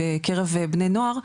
בקרב בני נוער,